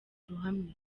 ruhame